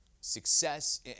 success